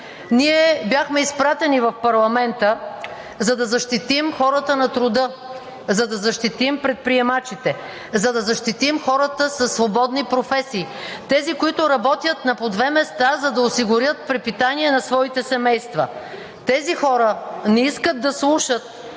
Ние бяхме изпратени в парламента, за да защитим хората на труда, за да защитим предприемачите, за да защитим хората със свободни професии. Тези, които работят на по две места, за да осигурят препитание на своите семейства. Тези хора не искат да слушат